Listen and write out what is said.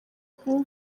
kunywa